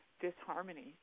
disharmony